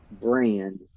brand